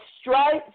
stripes